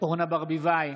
אורנה ברביבאי,